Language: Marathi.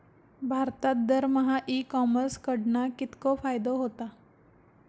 भारतात दरमहा ई कॉमर्स कडणा कितको फायदो होता?